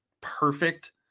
perfect